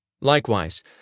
Likewise